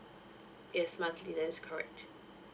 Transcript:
yes monthly that's correct